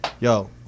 yo